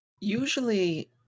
usually